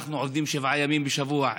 אנחנו עובדים שבעה ימים בשבוע,